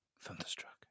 Thunderstruck